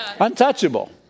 Untouchable